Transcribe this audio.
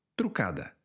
Trucada